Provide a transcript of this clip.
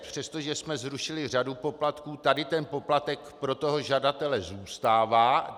Přestože jsme zrušili řadu poplatků, tady ten poplatek pro žadatele zůstává.